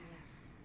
Yes